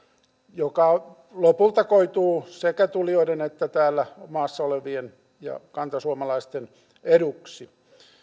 joka lopulta koituu sekä tulijoiden että täällä maassa olevien ja kantasuomalaisten eduksi